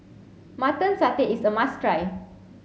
mutton satay is a must try